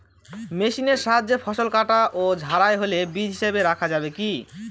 মেশিনের সাহায্যে ফসল কাটা ও ঝাড়াই হলে বীজ হিসাবে রাখা যাবে কি?